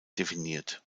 definiert